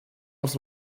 als